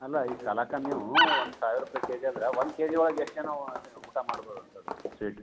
ಅಲ್ಲ ಈ ಕಲಾಕಂದ್ ನೀವು ಒಂದು ಸಾವಿರ ರೂಪಾಯಿ ಕೆಜಿ ಅಂದ್ರೆ ಒಂದು ಕೆಜಿ ಒಳಗೆ ಎಷ್ಟು ಜನ ಊಟ ಮಾಡ್ಬೋದು ಅಂತ ಅದು ಸ್ವೀಟ್